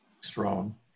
strong